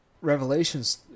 Revelations